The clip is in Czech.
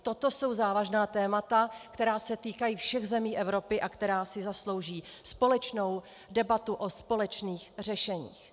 Toto jsou závažná témata, která se týkají všech zemí Evropy a která si zaslouží společnou debatu o společných řešeních.